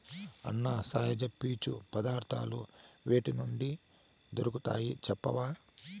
అన్నా, సహజ పీచు పదార్థాలు వేటి నుండి దొరుకుతాయి చెప్పవా